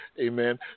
Amen